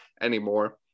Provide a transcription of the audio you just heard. anymore